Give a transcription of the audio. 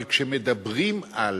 אבל כשמדברים על